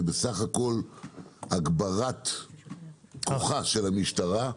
זה בסך הכול הגברת כוחה של המשטרה.